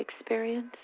experience